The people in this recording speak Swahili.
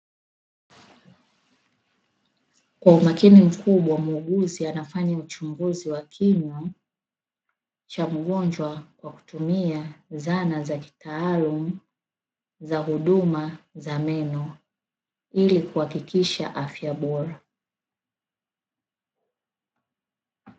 Kwa umakini mkubwa muuguzi anafanya uchunguzi wa kinywa cha mgonjwa kwa kutumia zana za kitaalamu za huduma za meno ili kuhakikisha afya bora.